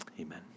amen